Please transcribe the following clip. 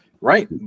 Right